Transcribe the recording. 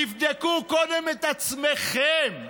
תבדקו קודם את עצמכם,